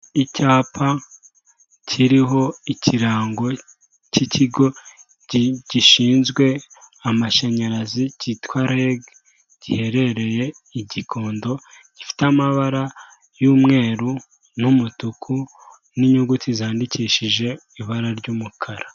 Icyapa kiriho ikirango cy'ikigo gishinzwe amashanyarazi cyitwa rege giherereye igikondo gifite amabara y'umweru n'umutuku n'inyuguti zandikishije ibara ry'umukara.